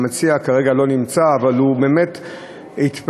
המציע כרגע לא נמצא, אבל הוא באמת התפלא.